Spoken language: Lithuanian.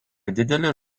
didelė